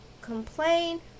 complain